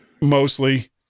mostly